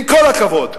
עם כל הכבוד.